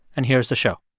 and here is the show